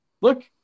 Look